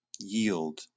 Yield